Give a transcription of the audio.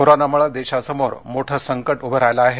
कोरोनामुळे देशासमोर मोठं संकट उभं राहिलं आहे